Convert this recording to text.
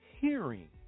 hearing